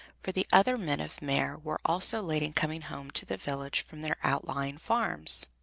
for the other men of meer were also late in coming home to the village from their outlying farms.